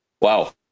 Wow